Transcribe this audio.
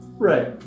Right